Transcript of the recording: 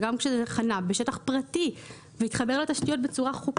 שגם כשזה חנה בשטח פרטי והתחבר לתשתיות בצורה חוקית זה לא אושר.